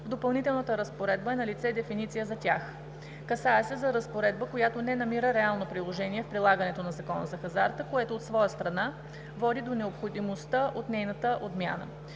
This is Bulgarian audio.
в допълнителната разпоредба е налице дефиниция за тях. Касае се за разпоредба, която не намира реално приложение в прилагането на Закона за хазарта, което от своя страна води до необходимостта от нейната отмяна.